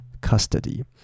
custody